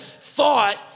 thought